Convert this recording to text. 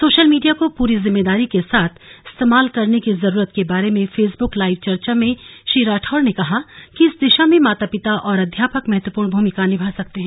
social media को पूरी जिम्मेदारी के साथ इस्तेमाल करने की जरूरत के बारे में फेसबुक लाइव चर्चा में श्री राठौड़ ने कहा कि इस दिशा में माता पिता और अध्यापक महत्वपूर्ण भूमिका निभा सकते हैं